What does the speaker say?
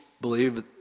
believe